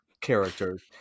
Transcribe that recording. characters